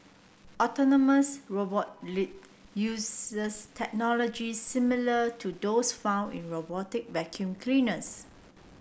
autonomous robot Lynx uses technology similar to those found in robotic vacuum cleaners